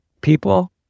People